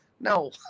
no